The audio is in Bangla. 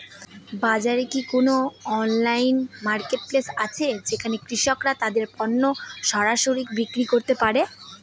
বাজারে কি কোন অনলাইন মার্কেটপ্লেস আছে যেখানে কৃষকরা তাদের পণ্য সরাসরি বিক্রি করতে পারে?